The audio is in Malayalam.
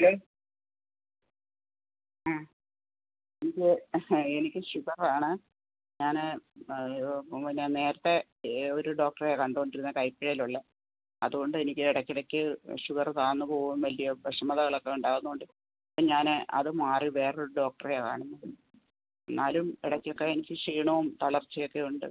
ഹലോ ആ ഇപ്പോൾ എനിക്ക് ഷുഗർ ആണ് ഞാൻ പിന്നെ നേരത്തെ ഈ ഒരു ഡോക്ടറെയാ കണ്ടുകൊണ്ടിരുന്നത് കയ്പ്പയിൽ ഉള്ള അതുകൊണ്ട് എനിക്ക് ഇടയ്ക് ഇടയ്ക്ക് ഷുഗറ് താണ് പോവും വല്യ വിഷമതകൾ ഒക്കെ ഉണ്ടാവുന്നതുകൊണ്ട് ഇപ്പം ഞാൻ അത് മാറി വേറെ ഒരു ഡോക്ടറെയാ കാണിച്ചേക്കുന്നത് എന്നാലും ഇടയ്ക്ക് ഒക്കെ എനിക്ക് ക്ഷീണവും തളർച്ച ഒക്കെ ഉണ്ട്